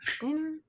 dinner